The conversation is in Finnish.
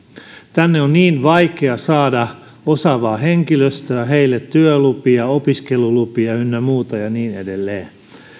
tänne on niin vaikea saada osaavaa henkilöstöä heille työlupia opiskelulupia ynnä muuta ja niin edelleen